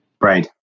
Right